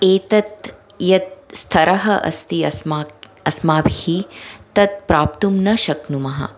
एतत् यत् स्थरः अस्ति अस्माकम् अस्माभिः तत् प्राप्तुं न शक्नुमः